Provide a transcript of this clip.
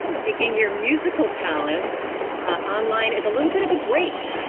and taking your musical talents online, is a little bit of a break,